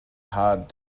hard